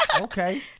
Okay